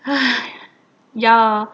ya